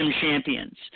champions